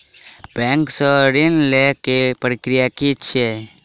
Bank सऽ ऋण लेय केँ प्रक्रिया की छीयै?